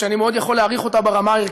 שאני מאוד יכול להעריך אותה ברמה הערכית,